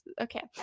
Okay